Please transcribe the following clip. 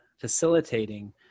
facilitating